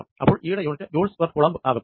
അപ്പോൾ ഈ യുടെ യൂണിറ്റ് ജൂൾസ് പെർ കൂളംബ് ആകും